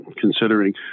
considering